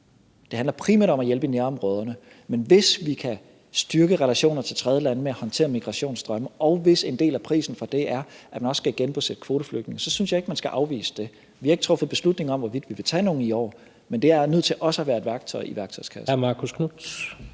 Det handler primært om at hjælpe i nærområderne, men hvis vi kan styrke relationerne til tredjelande ved at håndtere migrationsstrømme, og hvis en del af prisen for det er, at vi også skal genbosætte kvoteflygtninge, synes jeg ikke, at man skal afvise det. Vi har ikke truffet beslutning om, hvorvidt vi vil tage nogle i år. Men det er nødt til også at være et værktøj i værktøjskassen.